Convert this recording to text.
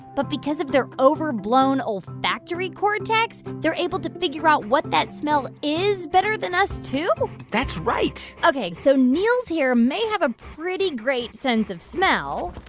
but because of their overblown olfactory cortex, they're able to figure out what that smell is better than us too that's right ok, so niels here may have a pretty great sense of smell